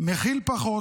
מכיל פחות,